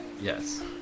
Yes